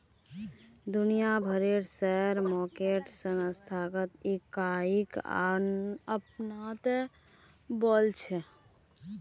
दुनिया भरेर share market संस्थागत इकाईक अपनाते वॉल्छे